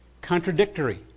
contradictory